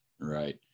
right